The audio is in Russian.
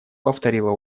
повторила